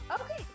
Okay